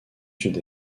sud